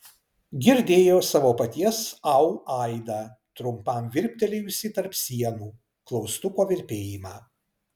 girdėjo savo paties au aidą trumpam virptelėjusį tarp sienų klaustuko virpėjimą